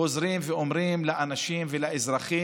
חוזרים ואומרים לאנשים ולאזרחים: